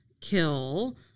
kill